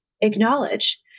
acknowledge